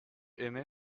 aimé